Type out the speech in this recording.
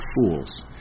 fools